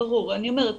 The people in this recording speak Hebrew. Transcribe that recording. אני אומרת,